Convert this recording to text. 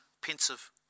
pensive